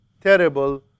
terrible